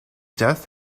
death